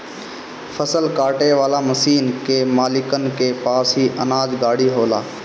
फसल काटे वाला मशीन के मालिकन के पास ही अनाज गाड़ी होला